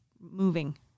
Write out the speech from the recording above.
moving